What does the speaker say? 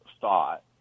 thought